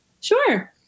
sure